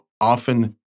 often